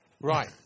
Right